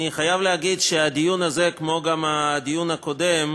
אני חייב להגיד שהדיון הזה, כמו גם הדיון הקודם,